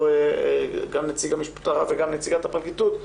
גם נציג המשטרה וגם נציגת הפרקליטות.